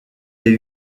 est